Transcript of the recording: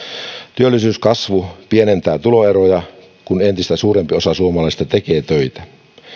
työllisyyskasvu pienentää tuloeroja kun entistä suurempi osa suomalaisista tekee töitä